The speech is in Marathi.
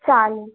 चालेल